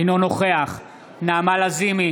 אינו נוכח נעמה לזימי,